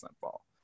fall